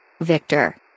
Victor